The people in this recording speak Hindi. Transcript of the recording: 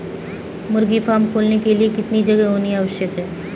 मुर्गी फार्म खोलने के लिए कितनी जगह होनी आवश्यक है?